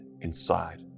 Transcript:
inside